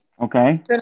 Okay